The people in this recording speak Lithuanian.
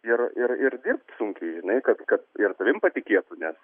ir ir ir dirbt sunkiai žinai kad kad ir tavim patikėtų nes